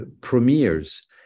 premieres